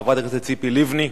חברת הכנסת ציפי לבני.